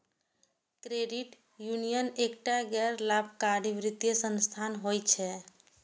credit union एकटा गैर लाभकारी वित्तीय संस्थान होइ छै